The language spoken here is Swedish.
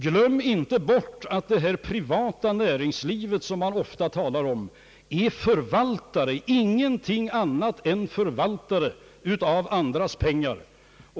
Glöm inte bort, att det privata näringslivet, som man ofta talar om, är förvaltare, ingenting annat än förvaltare, av andras pengar!